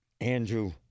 Andrew